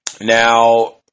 Now